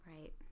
Right